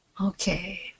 Okay